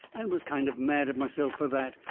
and was kind of mad at myself fur that.